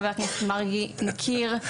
חבר הכנסת מרגי מכיר,